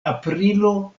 aprilo